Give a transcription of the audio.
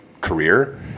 career